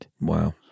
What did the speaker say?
Wow